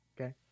okay